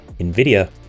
NVIDIA